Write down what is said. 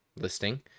listing